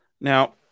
Now